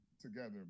together